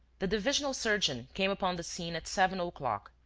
the divisional surgeon came upon the scene at seven o'clock,